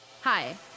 Hi